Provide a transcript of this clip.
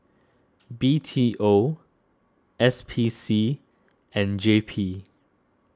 B T O S P C and J P